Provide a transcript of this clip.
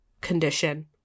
condition